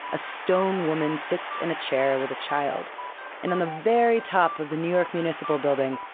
a stone woman sits in a chair with a child and on the very top of the new york municipal building,